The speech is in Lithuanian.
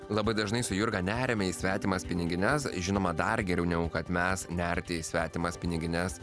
labai dažnai su jurga neriame į svetimas pinigines žinoma dar geriau negu kad mes nerti į svetimas pinigines